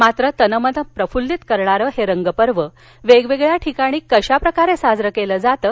मात्र तन मन प्रफ्ललीत करणारं हे रंगपर्व वेगवेगळ्या ठिकाणी वेगवेगळ्या प्रकारे साजरं केलं जातं